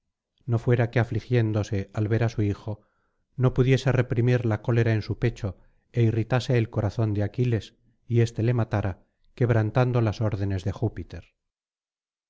no fuera que afligiéndose al ver á su hijo no pudiese reprimir la cólera en su pecho é irritase el corazón de aquiles y éste le matara quebrantando las órdenes de júpiter